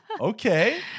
Okay